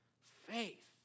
Faith